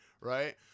Right